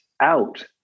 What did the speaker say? out